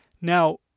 Now